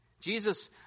Jesus